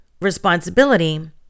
responsibility